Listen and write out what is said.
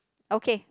okay